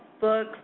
books